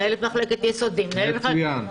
מנהלת מחלקת יסודי -- מצוין.